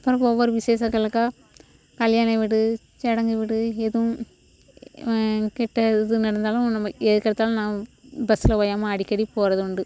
அப்புறம் ஒவ்வொரு விசேஷங்களுக்காக கல்யாண வீடு சடங்கு வீடு எதுவும் கிட்ட எது நடந்தாலும் நம்ம எதுக்கெடுத்தாலும் நான் பஸில் ஓயாமல் அடிக்கடிப் போகிறது உண்டு